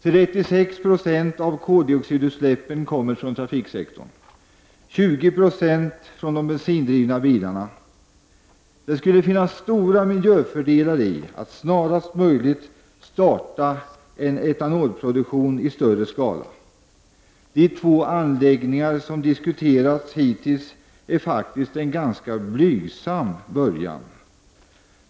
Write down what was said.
36 90 av koldioxidutsläppen kommer från trafiksektorn, och 20 96 kommer från de bensindrivna bilarna. Det skulle finnas stora miljöfördelar i att snarast möjligt starta en etanolproduktion i större skala. De två anläggningar som diskuterats hittills är faktiskt en ganska blygsam början.